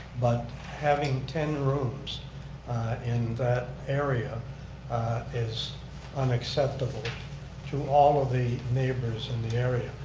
but having ten rooms in that area is unacceptable to all of the neighbors in the area.